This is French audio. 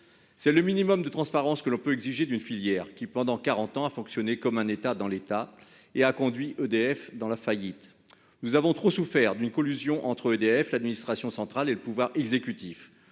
sens, le minimum de transparence que l'on peut exiger d'une filière qui, pendant quarante ans, a fonctionné comme un État dans l'État et a conduit EDF à la faillite. Nous avons suffisamment souffert de cette collusion entre EDF, l'administration centrale et le pouvoir exécutif,